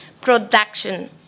production